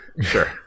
sure